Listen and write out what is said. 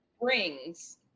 rings